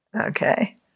Okay